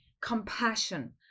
compassion